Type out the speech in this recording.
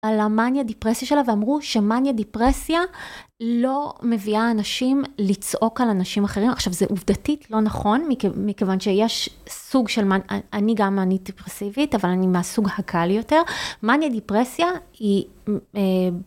על המאניה דיפרסיה שלה ואמרו שמאניה דיפרסיה לא מביאה אנשים לצעוק על אנשים אחרים עכשיו זה עובדתית לא נכון מכיוון שיש סוג של אני גם מאני דיפרסיבית אבל אני מהסוג הקל יותר מאניה דיפרסיה.